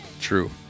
True